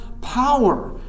power